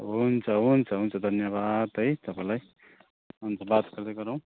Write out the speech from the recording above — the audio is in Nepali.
हुन्छ हुन्छ हुन्छ धन्यवाद है तपाईँलाई हुन्छ बात गर्दै गरौँ